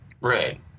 Right